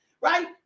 right